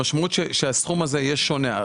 המשמעות שהסכום הזה יהיה שונה.